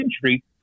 century